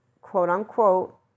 quote-unquote